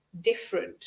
different